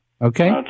Okay